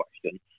question